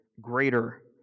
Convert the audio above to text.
greater